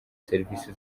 serivisi